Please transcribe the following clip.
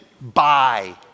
buy